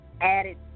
added